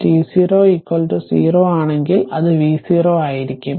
T0 0 ആണെങ്കിൽ അത് v0 ആയിരിക്കും